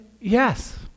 yes